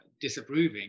disapproving